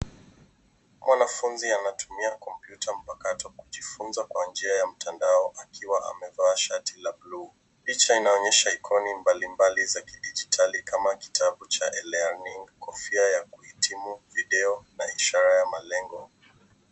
Mwanafunzi anatumia kompyuta mpakato kujifunza kwa njia ya mtandao akiwa amevaa shati la buluu. Picha inaonyesha aikoni mbalimbali za kidijitali kama kitabu cha e learning ,kofia ya kuhitimu, video na ishara ya malengo.